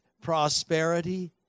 prosperity